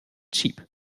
cheap